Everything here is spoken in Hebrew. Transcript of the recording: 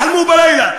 יחלמו בלילה,